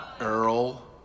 Earl